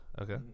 Okay